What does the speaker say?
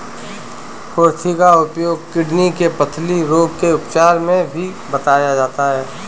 कुर्थी का उपयोग किडनी के पथरी रोग के उपचार में भी बताया जाता है